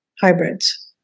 hybrids